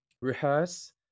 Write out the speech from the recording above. rehearse